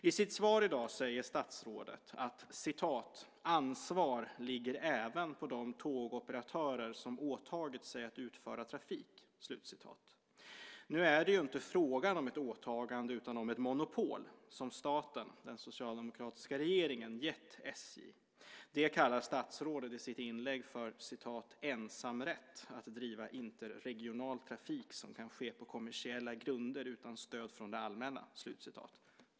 I sitt svar i dag säger statsrådet att "ansvar ligger även på trafikhuvudmännen och de tågoperatörer som åtagit sig att utföra trafik". Nu är det ju inte fråga om ett åtagande utan om ett monopol som staten och den socialdemokratiska regeringen gett SJ. Det kallar statsrådet i sitt inlägg för "ensamrätt att driva interregional trafik som kan ske på kommersiella grunder utan stöd från det allmänna".